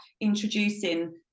introducing